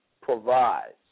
provides